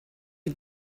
you